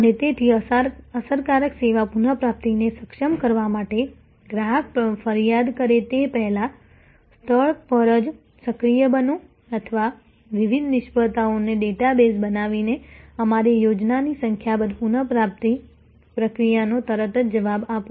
અને તેથી અસરકારક સેવા પુનઃપ્રાપ્તિને સક્ષમ કરવા માટે ગ્રાહક ફરિયાદ કરે તે પહેલાં સ્થળ પર જ સક્રિય બનો અથવા વિવિધ નિષ્ફળતાઓનો ડેટા બેઝ બનાવીને તમારી યોજનાની સંખ્યાબંધ પુનઃપ્રાપ્તિ પ્રક્રિયાનો તરત જ જવાબ આપો